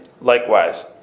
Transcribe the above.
Likewise